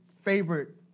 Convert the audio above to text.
favorite